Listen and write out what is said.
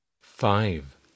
Five